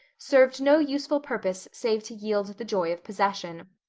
served no useful purpose save to yield the joy of possession.